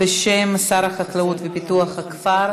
בשם שר החקלאות ופיתוח הכפר.